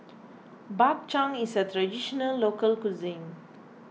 Bak Chang is a Traditional Local Cuisine